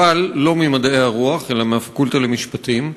אבל לא ממדעי הרוח אלא מהפקולטה למשפטים.